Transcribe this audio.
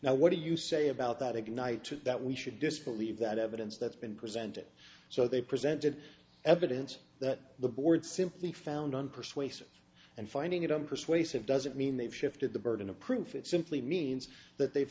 now what do you say about that ignited that we should disbelieve that evidence that's been presented so they presented evidence that the board simply found on persuasive and finding it on persuasive doesn't mean they've shifted the burden of proof it simply means that they've